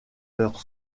leur